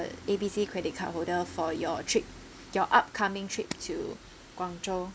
A B C credit card holder for your trip your upcoming trip to guangzhou